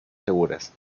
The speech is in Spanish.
seguras